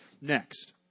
next